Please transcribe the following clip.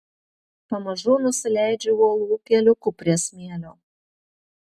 pamažu nusileidžiu uolų keliuku prie smėlio